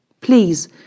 Please